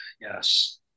Yes